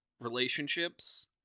relationships